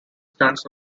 stunts